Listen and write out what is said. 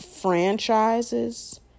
franchises